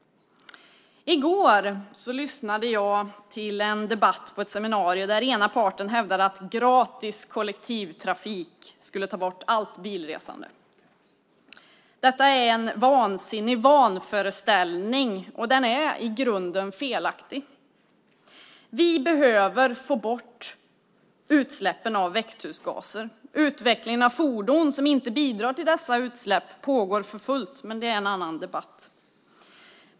I går lyssnade jag till en debatt på ett seminarium där den ena parten hävdade att gratis kollektivtrafik skulle ta bort allt bilresande. Detta är en vansinnig vanföreställning och den är i grunden felaktig. Vi behöver få bort utsläppen av växthusgaser. Utvecklingen av fordon som inte bidrar till dessa utsläpp pågår för fullt, men det är en annan debatt.